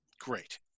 great